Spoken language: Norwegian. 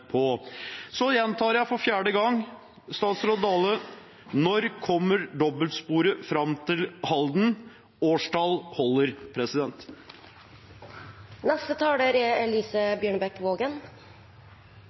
på dette. Så gjentar jeg for fjerde gang til statsråd Dale: Når kommer dobbeltsporet fram til Halden?